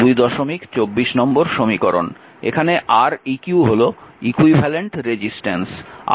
এখানে Req হল equivalent resistance